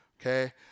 Okay